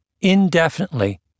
indefinitely